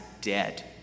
dead